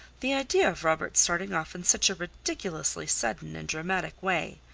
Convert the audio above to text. the idea of robert starting off in such a ridiculously sudden and dramatic way!